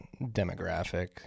demographic